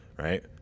right